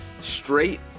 straight